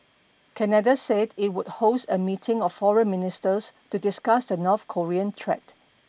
Canada said it would host a meeting of foreign ministers to discuss the North Korean threat